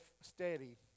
steady